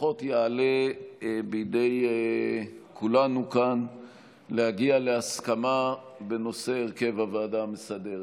לפחות יעלה בידי כולנו כאן להגיע להסכמה בנושא הרכב הוועדה המסדרת.